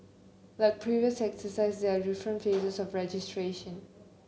like previous exercises there are different phases of registration